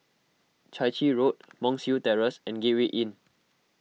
Chai Chee Road Monk's Hill Terrace and Gateway Inn